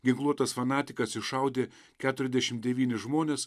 ginkluotas fanatikas iššaudė keturiasdešim devynis žmones